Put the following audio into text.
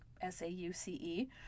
S-A-U-C-E